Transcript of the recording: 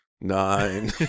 nine